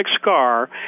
scar